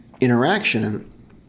interaction